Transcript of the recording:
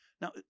Now